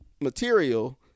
material